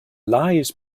lies